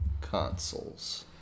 Consoles